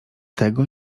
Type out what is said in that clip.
tego